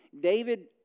David